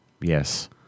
Yes